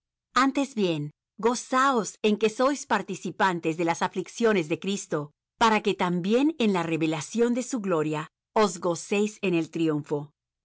antes bien gozaos en que sois participantes de las aflicciones de cristo para que también en la revelación de su gloria os gocéis en triunfo